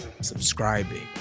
subscribing